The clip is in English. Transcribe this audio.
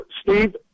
Steve